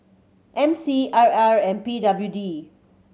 M C R R and P W D